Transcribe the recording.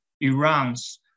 Iran's